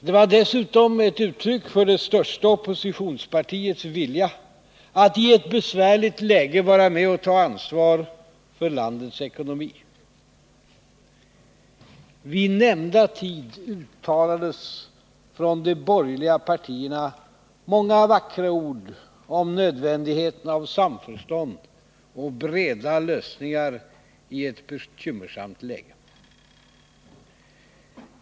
Den var dessutom ett uttryck för det största oppositionspartiets vilja att i ett besvärligt läge vara med och ta ansvar för landets ekonomi. Vid nämnda tid uttalades från de borgerliga partierna många vackra ord om nödvändigheten av samförstånd och breda lösningar i ett bekymmersamt läge.